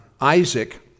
Isaac